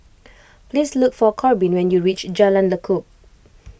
please look for Korbin when you reach Jalan Lekub